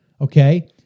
okay